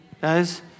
guys